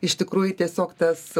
iš tikrųjų tiesiog tas